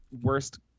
worst